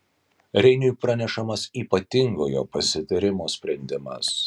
reiniui pranešamas ypatingojo pasitarimo sprendimas